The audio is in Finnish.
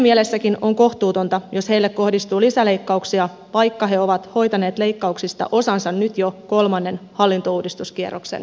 siinäkin mielessä on kohtuutonta jos heille kohdistuu lisäleikkauksia vaikka he ovat hoitaneet leikkauksista osansa nyt jo kolmannen hallintouudistuskierroksen myötä